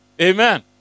Amen